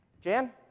Jan